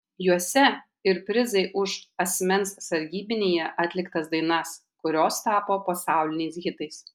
juose ir prizai už asmens sargybinyje atliktas dainas kurios tapo pasauliniais hitais